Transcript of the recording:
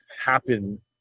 happen